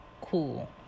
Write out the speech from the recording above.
Cool